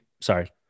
Sorry